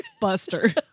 Buster